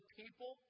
people